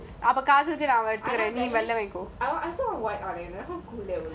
காஜலுக்கு கறுப்பு இருக்கு:kajaluku kaarupu iruku